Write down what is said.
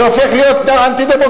זה הופך להיות אנטי-דמוקרטי,